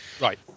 right